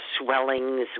swellings